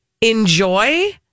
Enjoy